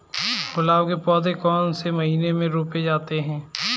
गुलाब के पौधे कौन से महीने में रोपे जाते हैं?